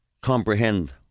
Comprehend